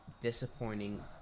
disappointing